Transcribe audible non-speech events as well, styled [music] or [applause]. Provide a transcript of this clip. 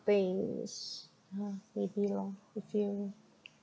things [breath] maybe lor you feel